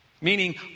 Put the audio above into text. meaning